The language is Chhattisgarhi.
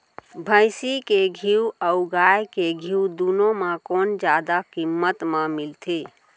भैंसी के घीव अऊ गाय के घीव दूनो म कोन जादा किम्मत म मिलथे?